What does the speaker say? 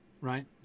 right